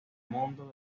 mundo